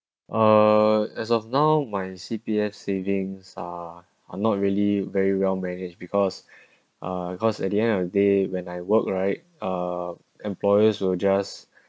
uh as of now my C_P_F savings are ah not really very well baggage because uh cause at the end of the day when I work right uh employers will just